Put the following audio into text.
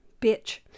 Bitch